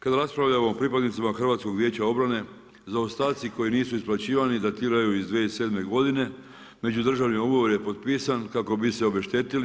Kada raspravljamo o pripadnicima HVO-a zaostaci koji nisu isplaćivani datiraju iz 2007. godine, međudržavni ugovor je potpisan kako bi se obeštetili.